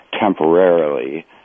temporarily